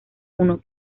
uno